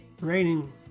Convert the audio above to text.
raining